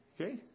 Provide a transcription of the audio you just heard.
Okay